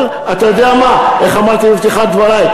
אבל אתה יודע מה, איך אמרתי בפתיחת דברי?